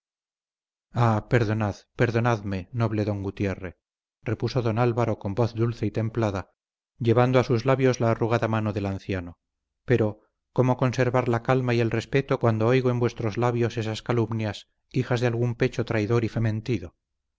perdonad perdonadme noble don gutierre repuso don álvaro con voz dulce y templada llevando a sus labios la arrugada mano del anciano pero cómo conservar la calma y el respeto cuando oigo en vuestros labios esas calumnias hijas de algún pecho traidor y fementido